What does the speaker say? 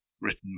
written